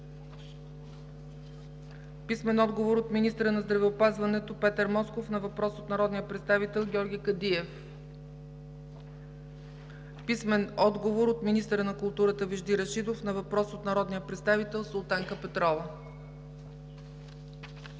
Иван Станков; - министъра на здравеопазването Петър Москов на въпрос от народния представител Георги Кадиев; - министъра на културата Вежди Рашидов на въпрос от народния представител Султанка Петрова;